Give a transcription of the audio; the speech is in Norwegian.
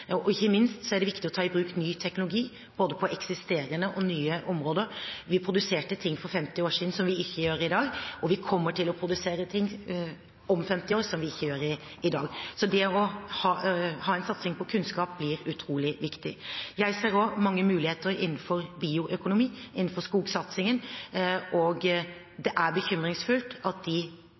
Ikke minst er det viktig å ta i bruk ny teknologi på både eksisterende og nye områder. Vi produserte ting for 50 år siden som vi ikke gjør i dag, og vi kommer til å produsere ting om 50 år som vi ikke gjør i dag. Så det å satse på kunnskap blir utrolig viktig. Jeg ser også mange muligheter med bioøkonomi innenfor skogsatsingen, og det er bekymringsfullt at de